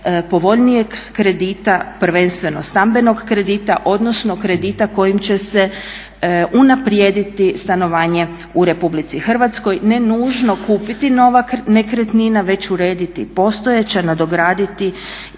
povoljnijeg kredita, prvenstveno stambenog kredita odnosno kredita kojim će se unaprijediti stanovanje u RH. Ne nužno kupiti nova nekretnina već urediti postojeća, nadograditi